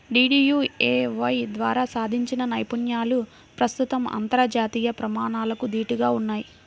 DDUAY ద్వారా సాధించిన నైపుణ్యాలు ప్రస్తుతం అంతర్జాతీయ ప్రమాణాలకు దీటుగా ఉన్నయ్